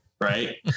right